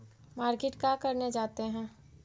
Market का करने जाते हैं?